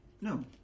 No